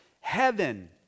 Heaven